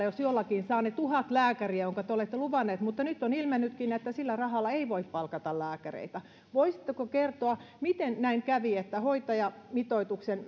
jos jollakin saa ne tuhat lääkäriä minkä te olette luvannut mutta nyt on ilmennytkin että sillä rahalla ei voi palkata lääkäreitä voisitteko kertoa miten näin kävi että hoitajamitoituksen